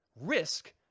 risk